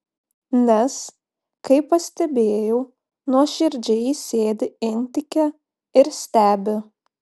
nes kaip pastebėjau nuoširdžiai sėdi intike ir stebi